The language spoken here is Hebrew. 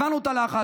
הבנו את הלחץ.